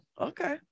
okay